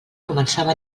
començava